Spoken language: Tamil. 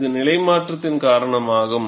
இது நிலை மாற்றத்தின் காரணமாகும்